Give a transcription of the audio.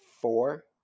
Four